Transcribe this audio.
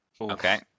okay